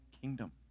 kingdom